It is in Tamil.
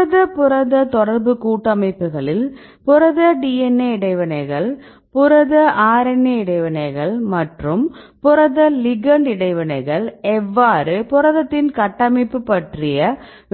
புரத புரத தொடர்பு கூட்டமைப்புகளில் புரத DNA இடைவினைகள் புரத RNA இடைவினைகள் மற்றும் புரத லிகெண்ட் இடைவினைகள் எவ்வாறு புரதத்தின் கட்டமைப்பு பற்றிய